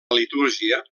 litúrgia